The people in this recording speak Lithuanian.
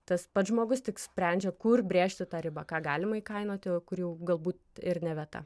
tas pats žmogus tik sprendžia kur brėžti tą ribą ką galima įkainoti o kur jau galbūt ir nevieta